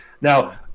now